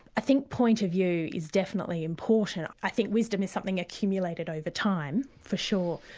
i think point of view is definitely important i think wisdom is something accumulated over time, for sure,